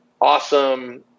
awesome